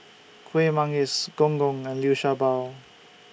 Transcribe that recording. Kueh Manggis Gong Gong and Liu Sha Bao